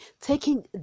taking